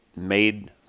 made